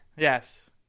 Yes